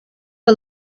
for